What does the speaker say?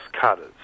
Cutters